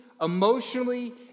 emotionally